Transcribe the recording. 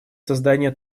создания